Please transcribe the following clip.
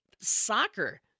soccer